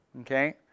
okay